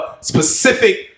specific